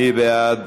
מי בעד?